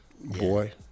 Boy